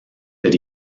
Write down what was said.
that